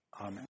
Amen